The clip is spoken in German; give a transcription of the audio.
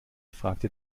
fragte